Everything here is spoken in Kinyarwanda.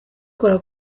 kora